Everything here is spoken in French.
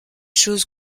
choses